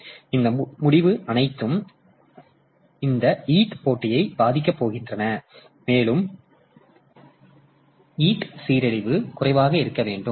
எனவே இந்த முடிவு அனைத்தும் அவை இந்த EAT போட்டியை பாதிக்கப் போகின்றன மேலும் EAT சீரழிவு குறைவாக இருக்க வேண்டும்